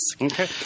Okay